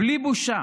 בלי בושה.